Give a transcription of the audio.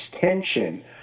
tension